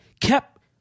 kept